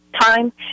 time